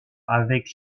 avec